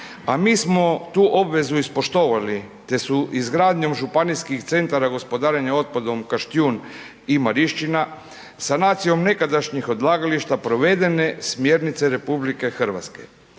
a mi smo tu obvezu ispoštovali te su izgradnjom županijskih centara gospodarenja otpadom Kaštijun i Marišćina, sanacijom nekadašnjih odlagališta provedene smjernice RH.